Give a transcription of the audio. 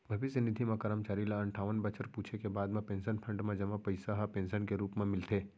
भविस्य निधि म करमचारी ल अनठावन बछर पूरे के बाद म पेंसन फंड म जमा पइसा ह पेंसन के रूप म मिलथे